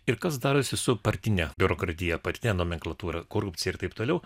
ir kas darosi su partine biurokratija partine nomenklatūra korupcija ir taip toliau